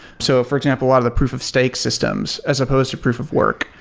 so, for example, a lot of the proof of stake systems as supposed to proof of work,